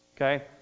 Okay